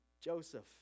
Joseph